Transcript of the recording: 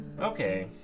Okay